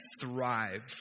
thrive